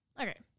Okay